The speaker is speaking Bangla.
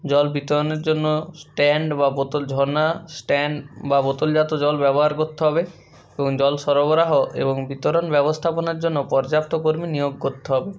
জল বিতরণের জন্য স্ট্যান্ড বা বোতল ঝরনা স্ট্যান্ড বা বোতলজাত জল ব্যবহার করতে হবে এবং জল সরবরাহ এবং বিতরণ ব্যবস্থাপনার জন্য পর্যাপ্ত কর্মী নিয়োগ করতে হবে